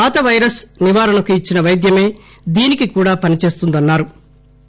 పాత పైరస్ నివారణకు ఇచ్చిన పైద్యమే దీనికి కూడా పని చేస్తుందన్నా రు